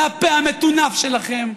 מהפה המטונף שלכם,